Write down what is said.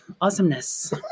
awesomeness